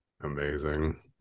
Amazing